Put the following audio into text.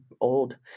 old